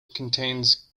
contains